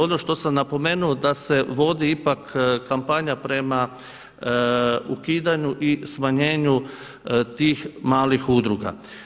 Ono što sam napomenuo da se vodi ipak kampanja prema ukidanju i smanjenju tih malih udruga.